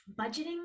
budgeting